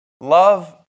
Love